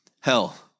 Hell